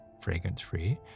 fragrance-free